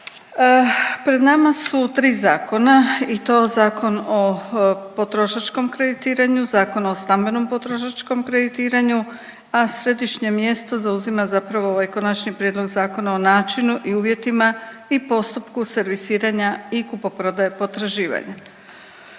Pred nama su tri zakona i to Zakon o potrošačkom kreditiranju, Zakon o stambenom potrošačkom kreditiranju, a središnje mjesto zauzima zapravo ovaj Konačni prijedlog zakona o načinu i uvjetima i postupku servisiranja i kupoprodaje potraživanja.